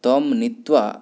तं नीत्वा